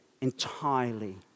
entirely